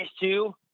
two